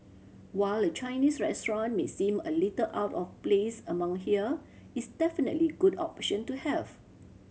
while a Chinese restaurant may seem a little out of place among here it's definitely good option to have